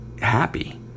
happy